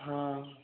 ହଁ